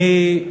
אני,